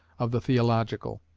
of the theological.